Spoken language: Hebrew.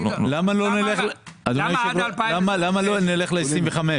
בוא נשמע.